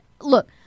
Look